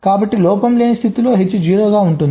కాబట్టి లోపం లేని స్థితిలో H 0 గా ఉంటుంది